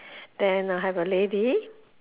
then I have a lady